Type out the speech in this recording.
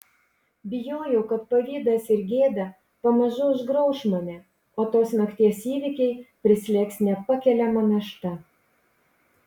bijojau kad pavydas ir gėda pamažu užgrauš mane o tos nakties įvykiai prislėgs nepakeliama našta